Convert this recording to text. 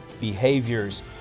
behaviors